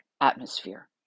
atmosphere